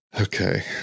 Okay